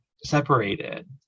Separated